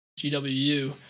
GWU